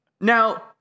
Now